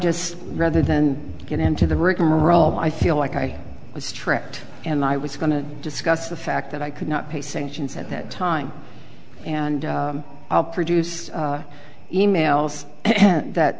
just rather than get into the rhythm role i feel like i was tricked and i was going to discuss the fact that i could not pay sanctions at that time and produce emails